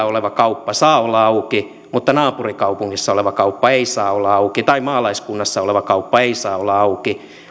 oleva kauppa saa olla auki mutta naapurikaupungissa oleva kauppa ei saa olla auki tai maalaiskunnassa oleva kauppa ei saa olla auki